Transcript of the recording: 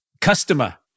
customer